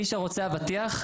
מי שרוצה אבטיח,